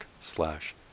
slash